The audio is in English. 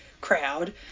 crowd